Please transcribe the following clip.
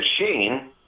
machine